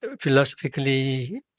Philosophically